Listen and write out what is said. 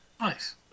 Nice